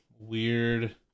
weird